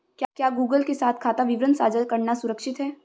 क्या गूगल के साथ खाता विवरण साझा करना सुरक्षित है?